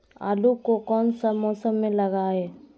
आलू को कौन सा मौसम में लगाए?